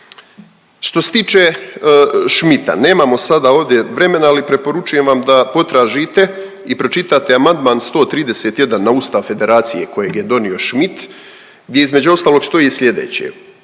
Što se tiče Schmidta, nemamo sada ovdje vremena, ali preporučujem vam da potražite i pročitate amandman 131. na Ustav Federacije kojeg je donio Scmidt gdje između ostalog stoji slijedeće,